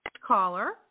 caller